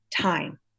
time